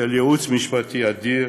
של ייעוץ משפטי אדיר,